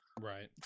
Right